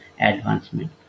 advancement